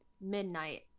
midnight